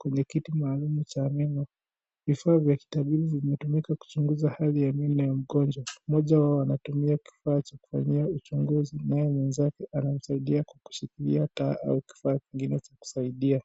kwenye kiti maalum cha meno. Vifaa vinatumika kuchunguza hali ya mgonjwa. Mmoja anatumia kifaa cha uchunguzi naye mwenzake anamsaidia kushikilia taa au kifaa kingine cha kusaidia.